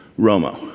Romo